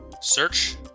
Search